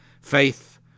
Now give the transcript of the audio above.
faith